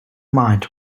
mind